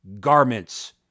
garments